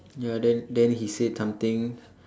ya then then he said something